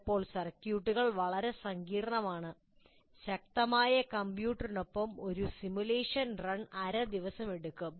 ചിലപ്പോൾ സർക്യൂട്ടുകൾ വളരെ സങ്കീർണ്ണമാണ് ശക്തമായ കമ്പ്യൂട്ടറിനൊപ്പം ഒരു സിമുലേഷൻ റൺ അര ദിവസമെടുക്കും